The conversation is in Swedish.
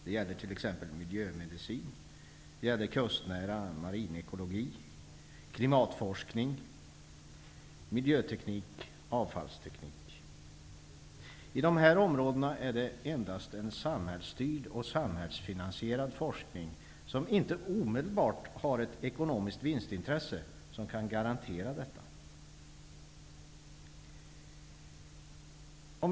Det gäller t.ex. miljömedicin, kustnära marinekologi, klimatforskning, miljöteknik och avfallsteknik. Inom dessa områden är det endast en samhällsstyrd och samhällsfinansierad forskning som inte bygger på ett omedelbart ekonomiskt vinstintresse vilken kan garantera resultat.